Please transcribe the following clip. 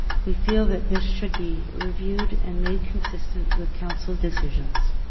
we feel that this should be reviewed and made consistent with council's decisions.